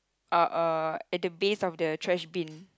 uh uh at the base of the trash bin